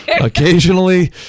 occasionally